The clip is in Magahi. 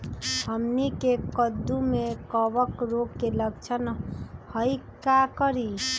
हमनी के कददु में कवक रोग के लक्षण हई का करी?